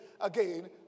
again